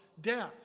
death